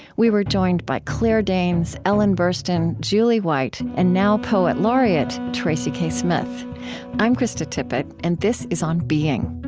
we were joined by claire danes, ellen burstyn, julie white, and now-poet laureate tracy k. smith i'm krista tippett, and this is on being